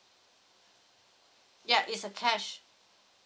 ya it's a cash